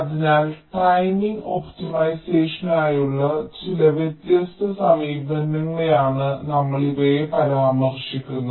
അതിനാൽ ടൈമിംഗ് ഒപ്റ്റിമൈസേഷനായുള്ള ചില വ്യത്യസ്ത സമീപനങ്ങളെയാണ് നമ്മൾ ഇവയെ പരാമർശിക്കുന്നത്